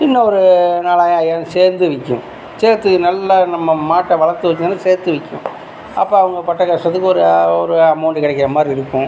இன்னொரு நாலாயிரம் ஐயாயிரம் சேர்ந்து விற்கும் சேர்த்து நல்லா நம்ம மாட்டை வளர்த்து வச்சால் தான் சேர்த்து விக்கும் அப்போ அவங்க பட்ட கஷ்டத்துக்கு ஒரு ஒரு அமௌண்டு கிடைக்கிற மாதிரி இருக்கும்